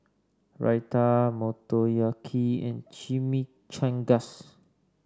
Raita Motoyaki and Chimichangas